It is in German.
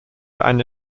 eine